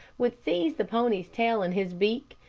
would seize the pony's tail in his beak,